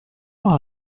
heure